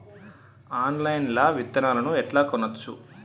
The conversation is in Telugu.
ఆన్లైన్ లా విత్తనాలను ఎట్లా కొనచ్చు?